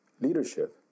Leadership